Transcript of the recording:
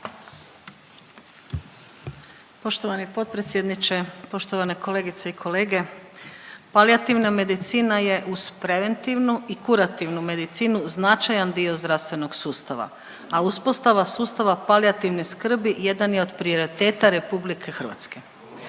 Poštovani potpredsjedniče, poštovane kolegice i kolege. Palijativna medicina je uz preventivnu i kurativnu medicinu značajan dio zdravstvenog sustava, a uspostava sustava palijativne skrbi jedan je od prioriteta RH.